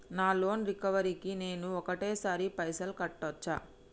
నా loan recovery కి నేను ఒకటేసరి పైసల్ కట్టొచ్చా?